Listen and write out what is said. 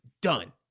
done